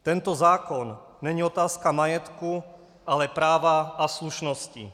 Tento zákon není otázka majetku, ale práva a slušnosti.